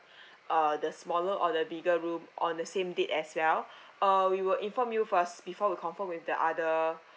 uh the smaller or the bigger room on the same date as well uh we will inform you first before we confirm with the other